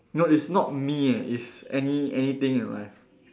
no it's not me eh it's any~ anything in your life